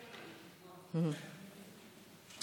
2042, 2046